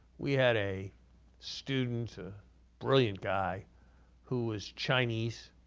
we had a student, a brilliant guy who was chinese,